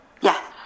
Yes